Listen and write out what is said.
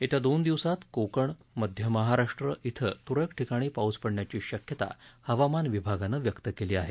येत्या दोन दिवसात कोकण मध्य महाराष्ट्र इथं त्रळक ठिकाणी पाऊस पडण्याची शक्यता हवामान विभागानं व्यक्त केली आहे